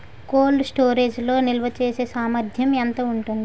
Cold storage లో నిల్వచేసేసామర్థ్యం ఎంత ఉంటుంది?